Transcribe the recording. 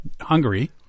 Hungary